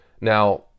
Now